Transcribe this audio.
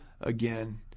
again